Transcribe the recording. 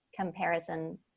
comparison